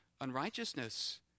unrighteousness